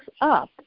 up